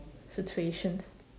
situation